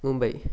Mumbai